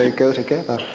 and go together.